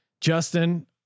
Justin